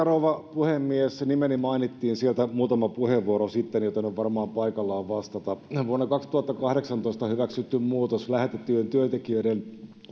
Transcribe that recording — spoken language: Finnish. rouva puhemies nimeni mainittiin muutama puheenvuoro sitten joten on varmaan paikallaan vastata vuonna kaksituhattakahdeksantoista hyväksytty muutos lähetettyjen työntekijöiden